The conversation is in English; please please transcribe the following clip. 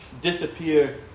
disappear